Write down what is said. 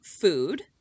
food